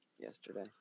yesterday